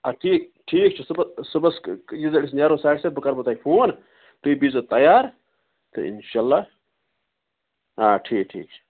آ ٹھیٖک ٹھیٖک چھُ صُبَس نیرو ساڑِ سَتہِ بہٕ کَرمو تۄہہِ فون تُہۍ بِیٚہزیو تیار تہٕ اِنشاء اللہ آ ٹھیٖک ٹھیٖک چھُ